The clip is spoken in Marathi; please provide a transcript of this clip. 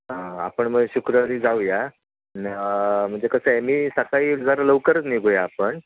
आपण मग शुक्रवारी जाऊया न म्हणजे कसं आहे मी सकाळी जरा लवकरच निघूया आपण